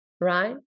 right